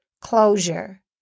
closure